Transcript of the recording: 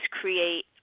create